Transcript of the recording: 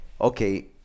okay